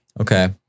Okay